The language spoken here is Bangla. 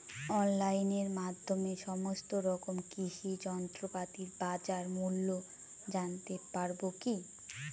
অনলাইনের মাধ্যমে সমস্ত রকম কৃষি যন্ত্রপাতির বাজার মূল্য জানতে পারবো কি?